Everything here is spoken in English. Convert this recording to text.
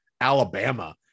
Alabama